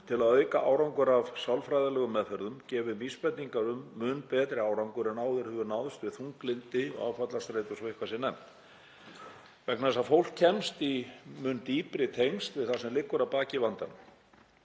til að auka árangur af sálfræðilegum meðferðum gefið vísbendingar um mun betri árangur en áður hefur náðst við þunglyndi og áfallastreitu, svo eitthvað sé nefnt, vegna þess að fólk kemst í mun dýpri tengsl við það sem liggur að baki vandanum.